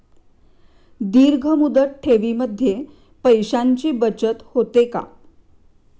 दीर्घ मुदत ठेवीमध्ये पैशांची बचत होते का?